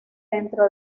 dentro